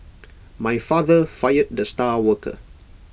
my father fired the star worker